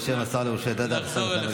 בשם השר לשירותי דת,